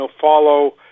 follow